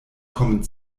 kommen